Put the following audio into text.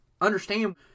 understand